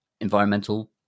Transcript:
environmental